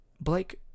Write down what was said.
Blake